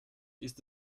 ist